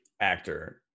actor